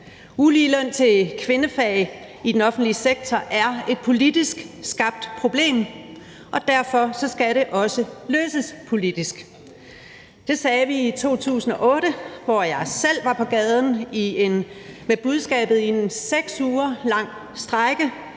Ulige løn til kvindefag i den offentlige sektor er et politisk skabt problem, og derfor skal det også løses politisk. Det sagde vi i 2008, hvor jeg selv var på gaden med budskabet i en 6 uger lang strejke,